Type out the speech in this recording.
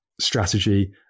strategy